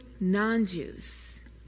non-Jews